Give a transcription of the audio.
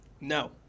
No